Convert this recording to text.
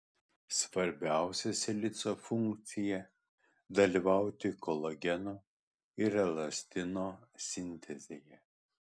svarbiausia silicio funkcija dalyvauti kolageno ir elastino sintezėje